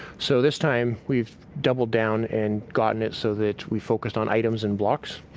so this time, we've doubled down and gotten it so that we focused on items and blocks.